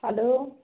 hello